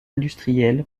industriel